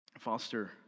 Foster